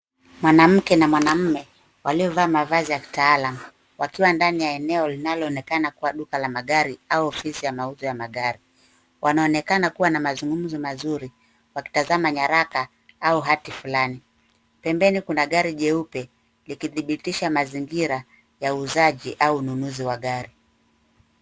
Mwanamke na mwanaume waliovaa mavazi ya kitaalamu, wakiwa ndani la eneo linaloonekana kua duka la magari au ofisi ya mauzo ya magari. Wanaonekana kua na mazungumzo mazuri, wakitazama nyaraka au hati fulani. Pembeni kuna gari jeupe, likidhibitisha mazingira ya uuzaji au ununuzi wa magari.